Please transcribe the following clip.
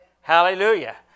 Hallelujah